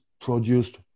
produced